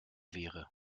wäre